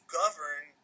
govern